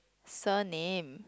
surname